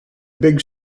big